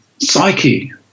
psyche